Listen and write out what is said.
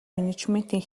менежментийн